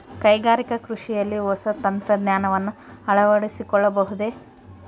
ಕೈಗಾರಿಕಾ ಕೃಷಿಯಲ್ಲಿ ಹೊಸ ತಂತ್ರಜ್ಞಾನವನ್ನ ಅಳವಡಿಸಿಕೊಳ್ಳಬಹುದೇ?